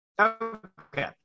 okay